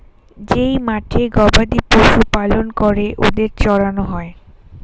যেই মাঠে গবাদি পশু পালন করে ওদের চড়ানো হয়